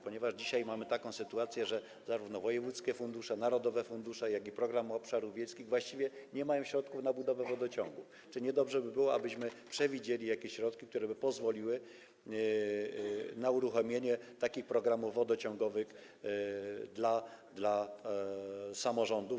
Ponieważ dzisiaj mamy taką sytuację, że zarówno wojewódzkie fundusze, narodowe fundusze, jak i Program Rozwoju Obszarów Wiejskich właściwie nie mają środków na budowę wodociągów, czy nie byłoby dobrze, abyśmy przewidzieli jakieś środki, które pozwoliłyby na uruchomienie takich programów wodociągowych dla samorządów?